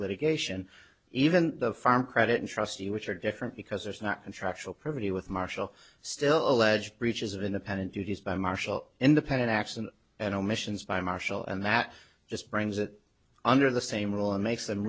litigation even the farm credit and trustee which are different because there's not contractual probity with marshall still alleged breaches of independent duties by marshall independent action and omissions by marshall and that just brings it under the same rule and makes them